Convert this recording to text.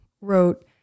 wrote